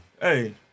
Hey